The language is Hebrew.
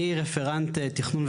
אני רפרנט תכנון,